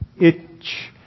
itch